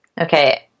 okay